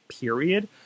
period